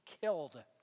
killed